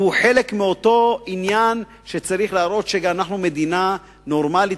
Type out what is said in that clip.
והוא חלק מאותו עניין שצריך להראות שגם אנחנו מדינה נורמלית